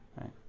Right